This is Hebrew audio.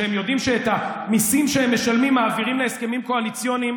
שהם יודעים שאת המיסים שהם משלמים מעבירים להסכמים קואליציוניים